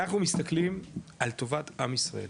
אנחנו מסתכלים על טובת עם ישראל,